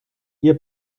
ihr